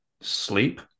sleep